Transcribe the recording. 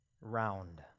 round